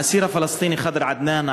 האסיר הפלסטיני ח'דר עדנאן,